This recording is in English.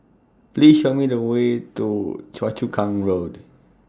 Please Show Me The Way to Choa Chu Kang Road